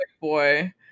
boy